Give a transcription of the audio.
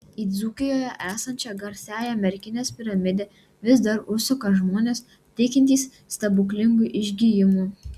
į dzūkijoje esančią garsiąją merkinės piramidę vis dar užsuka žmonės tikintys stebuklingu išgijimu